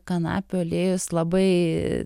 kanapių aliejus labai